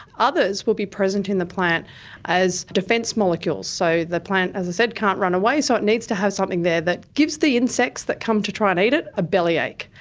others will be present in the plant as defence molecules. so the plant, as i've said, can't run away, so it needs to have something there that gives the insects that come to try and eat it a bellyache.